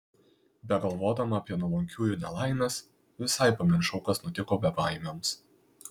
begalvodama apie nuolankiųjų nelaimes visai pamiršau kas nutiko bebaimiams